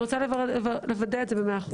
רציתי לוודא את זה במאה אחוזים.